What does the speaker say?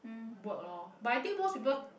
work lor but I think most people